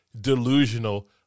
delusional